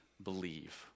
believe